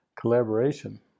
collaboration